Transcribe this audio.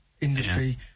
industry